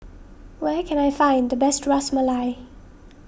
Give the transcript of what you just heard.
where can I find the best Ras Malai